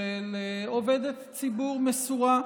של עובדת ציבור מסורה,